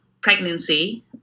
pregnancy